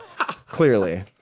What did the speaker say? Clearly